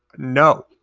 no.